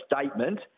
statement